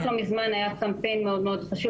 רק לא מזמן היה קמפיין מאוד-מאוד חשוב